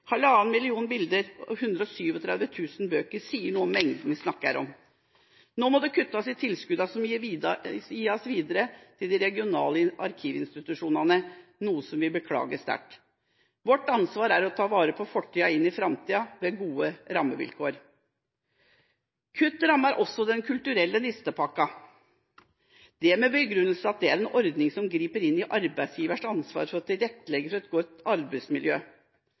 1,5 millioner bilder og 137 000 bøker sier noe om mengden vi snakker om. Nå må det kuttes i tilskuddet som gis videre til de regionale arkivinstitusjonene, noe som vi beklager sterkt. Vårt ansvar er å ta vare på fortida inn i framtida ved gode rammevilkår. Kutt rammer også Den kulturelle nistepakka – med den begrunnelse at det er en ordning som griper inn i arbeidsgivers ansvar for å tilrettelegge for et godt